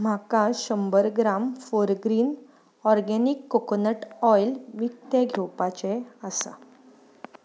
म्हाका शंबर gram Forgreen organic coconut oil विकतें घेवपाचें आसा